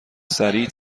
سریع